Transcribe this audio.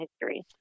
history